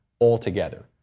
altogether